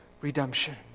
redemption